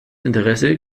interesse